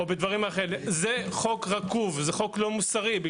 זה חוק רקוב, זה חוק לא מוסרי.